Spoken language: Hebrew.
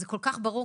זה כל כך ברור,